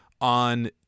on